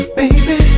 baby